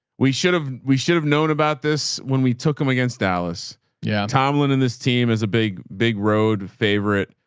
we should have, we should have known about this when we took them against dallas yeah tomlin and this team is a big, big road, favorite,